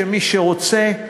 מי שרוצה,